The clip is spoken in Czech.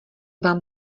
vám